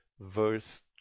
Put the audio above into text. verse